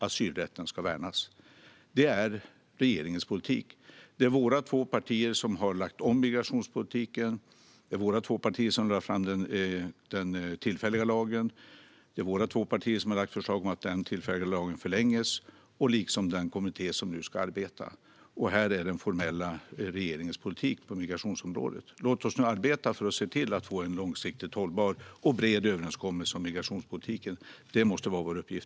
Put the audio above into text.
Asylrätten ska värnas." Det är regeringens politik. Det är våra två partier som har lagt om migrationspolitiken. Det är våra två partier som lade fram den tillfälliga lagen. Det är våra två partier som har lagt fram förslag om att den tillfälliga lagen förlängs och likaså tillsatt den kommitté som nu ska arbeta. Det är regeringens formella politik på migrationsområdet. Låt oss nu arbeta för att se till att få en långsiktigt hållbar och bred överenskommelse om migrationspolitiken. Det måste nu vara vår uppgift.